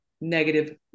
negative